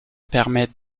permet